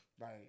right